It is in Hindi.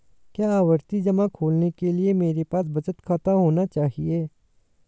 क्या आवर्ती जमा खोलने के लिए मेरे पास बचत खाता होना चाहिए?